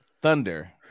Thunder